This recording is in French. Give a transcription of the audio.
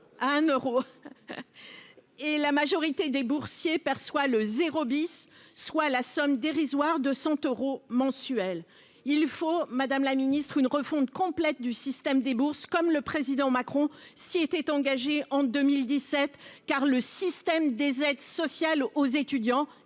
un euro, et la majorité des boursiers perçoit le zéro bis, soit la somme dérisoire de 100 euros mensuels, il faut, madame la ministre, une refonte complète du système des bourses, comme le président Macron s'y était engagé en 2017 car le système des aides sociales aux étudiants